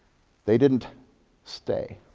they didn't stay.